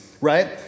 right